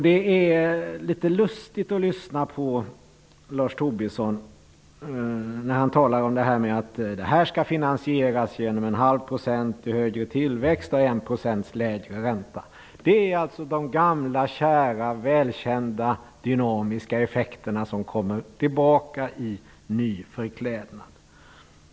Det är litet lustigt att lyssna på Lars Tobisson när han talar om att detta skall finansieras genom 1⁄2 % högre tillväxt och 1 % lägre ränta. Det är alltså de gamla kära, välkända dynamiska effekterna som kommer tillbaka i ny förklädnad.